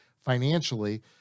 financially